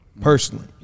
personally